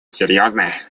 серьезное